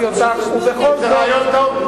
זה רעיון טוב,